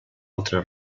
altre